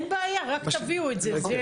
המטרה